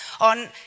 on